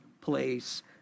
place